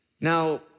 Now